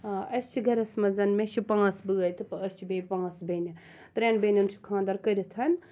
آ اَسہِ چھِ گَرَس مَنٛز مےٚ چھِ پانٛژھ بٲے تہٕ أسۍ چھِ بیٚیہِ پانٛژھ بیٚنہِ ترٛیٚن بیٚنٮ۪ن چھُ خانٛدَر کٔرِتھ